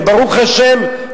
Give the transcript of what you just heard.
וברוך השם,